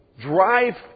drive